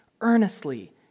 earnestly